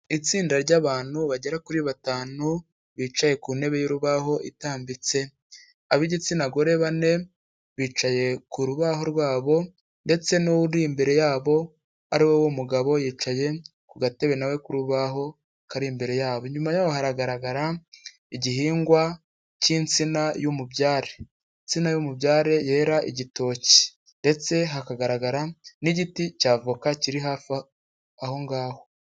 Itsinda ry'abantu bagera kuri batanu, bicaye ku ntebe y'urubaho itambitse, ab'igitsina gore bane bicaye ku rubaho rwabo ndetse n'uri imbere yabo, ariwe w'umugabo yicaye ku gatebe na we k'urubaho kari imbere yabo. Inyuma yaho haragaragara igihingwa cy'insina y'umubyare. Insina y'umubyare yera igitoki ndetse hakagaragara n'igiti cya avoka kiri hafi aho ngaho.